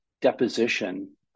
deposition